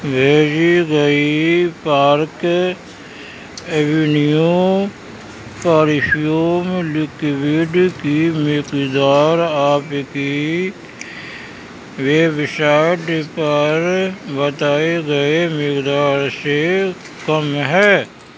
بھیجی گئی Park Avenue perfume liquid کی مقدار آپ کی ویب سائٹ پر بتائی گئی مقدار سے کم ہے